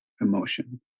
emotion